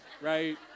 Right